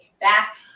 back